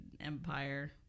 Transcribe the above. Empire